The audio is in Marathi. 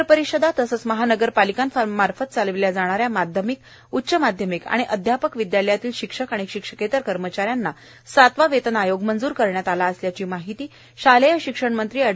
नगरपरिषद महानगरपालिकेमार्फत चालविल्या जाणाऱ्या माध्यमिक उच्च माध्यमिक आणि अध्यापक विद्यालयातील शिक्षक आणि शिक्षकेतर कर्मचाऱ्यांना सातवा वेतन आयोग मंजूर करण्यात आला असल्याची माहिती शालेय शिक्षण मंत्री अँड